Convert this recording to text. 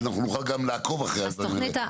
שאנחנו נוכל גם לעקוב אחרי זה,